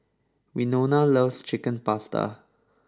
Winona loves Chicken Pasta